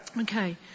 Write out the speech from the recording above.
Okay